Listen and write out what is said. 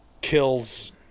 kills